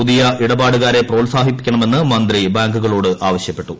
പുതിയ ഇടപാടുകാരെ പ്രോത്സാഹിപ്പിക്കണമെന്ന് മന്ത്രി ബാങ്കുകളോട് ആവശ്യപ്പെട്ടു